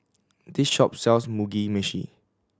this shop sells Mugi Meshi